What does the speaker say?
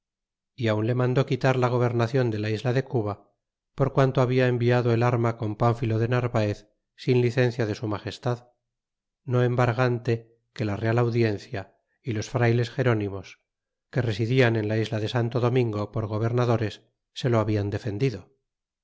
y aun le mandó quitar la gobernacion de la isla de cuba por quanto habia enviado el armada con pánfilo de narvaez sie licencia de su magestad no embargante que la real au diencia y los frayles gerónhnos que residían en la isla de santo domingo por gobernadores se lo hablan defendido